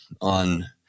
on